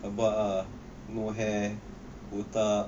rabak ah no hair botak